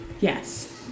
yes